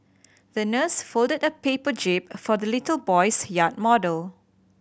the nurse folded a paper jib for the little boy's yacht model